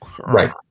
Right